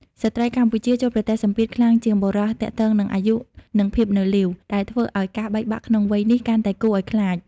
ស្ត្រីកម្ពុជាជួបប្រទះសម្ពាធខ្លាំងជាងបុរសទាក់ទងនឹង "អាយុ" និង "ភាពនៅលីវ" ដែលធ្វើឱ្យការបែកបាក់ក្នុងវ័យនេះកាន់តែគួរឱ្យខ្លាច។